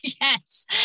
Yes